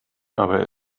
aber